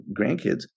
grandkids